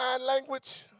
language